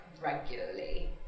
regularly